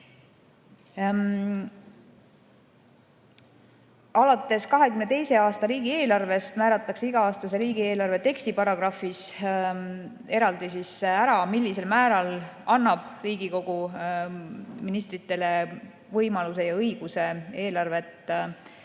Alates 2022. aasta riigieelarvest määratakse iga-aastase riigieelarve tekstiparagrahvis eraldi ära, millisel määral annab Riigikogu ministritele võimaluse ja õiguse eelarvet